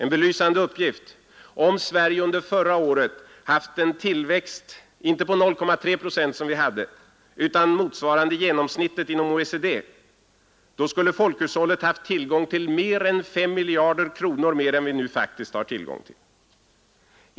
En belysande uppgift: Om Sverige under förra året haft en tillväxt, inte på 0,3 procent som vi hade utan motsvarande genomsnittet inom OECD, skulle folkhushållet ha haft tillgång till mer än 5 miljarder kronor mer än vi nu faktiskt har tillgång till.